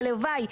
הלוואי,